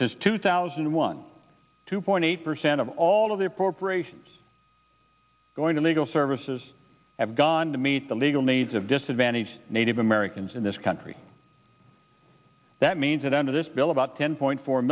since two thousand and one two point eight percent of all of the appropriations going to legal services have gone to meet the legal needs of disadvantaged native americans in this country that means that under this bill about ten point four